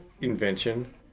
invention